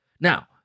now